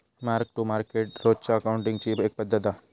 mark to market रोजच्या अकाउंटींगची एक पद्धत हा